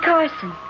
Carson